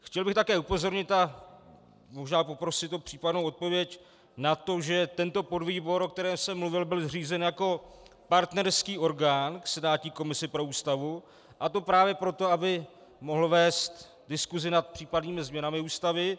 Chtěl bych také upozornit a možná poprosit o případnou odpověď na to, že tento podvýbor, o kterém jsem mluvil, byl zřízen jako partnerský orgán k senátní komisi pro Ústavu, a to právě proto, aby mohl vést diskusi nad případnými změnami Ústavy.